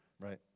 Right